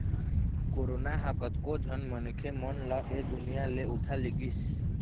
corona ह कतको झन मनखे मन ल ऐ दुनिया ले उठा लेगिस